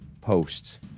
posts